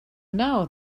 now